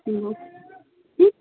hello